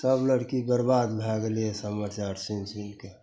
सभ लड़की बरबाद भै गेलै यऽ समाचार सुनि सुनिके